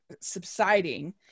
subsiding